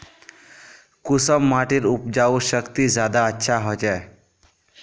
कुंसम माटिर उपजाऊ शक्ति ज्यादा अच्छा होचए?